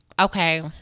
okay